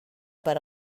per